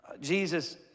Jesus